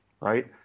right